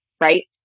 right